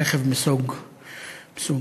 רכב מסוג "הונדה",